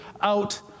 out